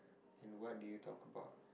and what did you talk about